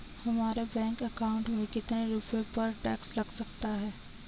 हमारे bank account में कितने रुपये पर टैक्स लग सकता है?